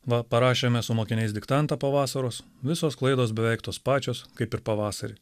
va parašėme su mokiniais diktantą po vasaros visos klaidos beveik tos pačios kaip ir pavasarį